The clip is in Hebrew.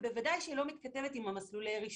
ובוודאי שהיא לא מתכתב עם מסלולי רישוי.